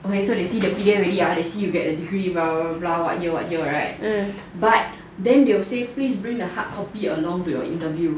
okay so they see the P_D_F already right they see you get a degree blah blah blah what year what year right but then they will say please bring the hardcopy along to your interview